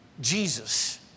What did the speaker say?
Jesus